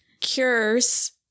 cures